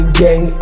gang